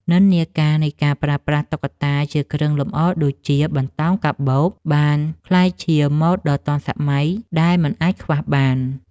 និន្នាការនៃការប្រើប្រាស់តុក្កតាជាគ្រឿងលម្អដូចជា បន្តោងកាបូប បានក្លាយជាម៉ូដដ៏ទាន់សម័យដែលមិនអាចខ្វះបាន។